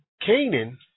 Canaan